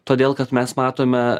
todėl kad mes matome